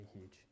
huge